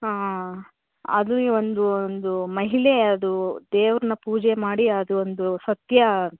ಹಾಂ ಅದುವೆ ಒಂದು ಒಂದು ಮಹಿಳೆಯದು ದೇವರನ್ನ ಪೂಜೆ ಮಾಡಿ ಅದೊಂದು ಸತ್ಯ